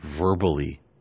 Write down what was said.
verbally